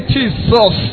Jesus